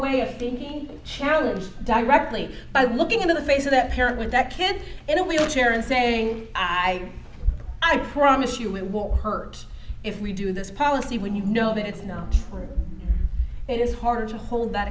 way of thinking challenged directly by looking into the face of that parent that kid in a wheelchair and saying i i promise you it won't hurt if we do this policy when you know that it's not it is hard to hold that